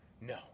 No